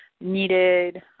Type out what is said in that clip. needed